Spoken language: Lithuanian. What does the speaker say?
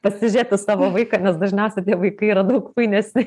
pasižėt į savo vaiką nes dažniausiai tie vaikai yra daug fainesni